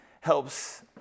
helps